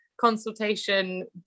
consultation